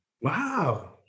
Wow